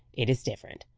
it is different.